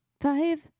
five